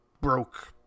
broke